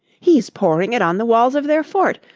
he's pouring it on the walls of their fort.